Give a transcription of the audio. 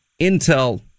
intel